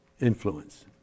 influence